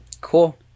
Cool